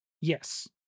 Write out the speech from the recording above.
Yes